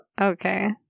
Okay